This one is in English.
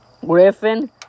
Griffin